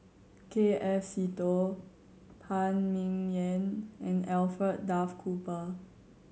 K F Seetoh Phan Ming Yen and Alfred Duff Cooper